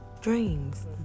dreams